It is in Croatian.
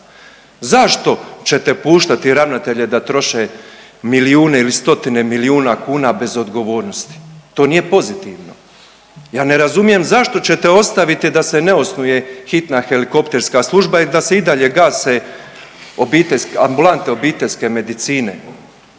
Zašto ćete puštati ravnatelje da troše milijune ili stotine milijuna kuna bez odgovornosti. To nije pozitivno. Ja ne razumijem zašto ćete ostaviti da se ne osnuje hitna helikopterska služba i da se i dalje gase obiteljske, ambulante obiteljske medicine